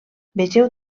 vegeu